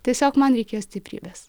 tiesiog man reikėjo stiprybės